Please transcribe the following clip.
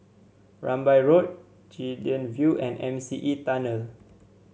Rambai Road Guilin View and M C E Tunnel